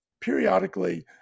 periodically